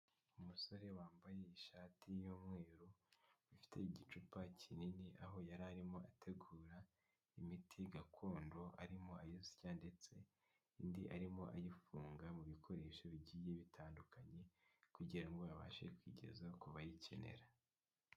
Umusore wambaye ishati y’umweru ifite igicupa kinini aho yari arimo ategura imiti gakondo arimo ayisya ndetse indi arimo ayifunga mu bikoresho bigiye bitandukanye kugirango abashe kuyigeza ku bayikenera.